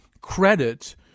credit